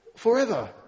Forever